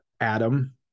Adam